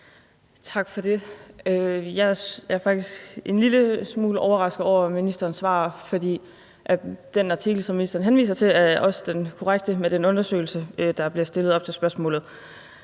Tak for det. Jeg er faktisk en lille smule overrasket over ministerens svar, for den artikel, som ministeren henviser til, er den korrekte i forhold til den undersøgelse, der bliver refereret til i forhold